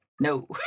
no